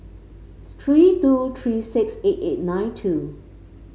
three two three six eight eight nine two